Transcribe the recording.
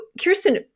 Kirsten